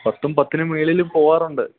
പത്തും പത്തിന് മേളിലും പോവാറുണ്ട്